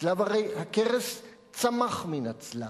צלב הקרס צמח מן הצלב,